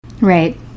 right